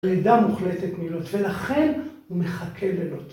לידה מוחלטת מלוט, ולכן הוא מחכה ללוט.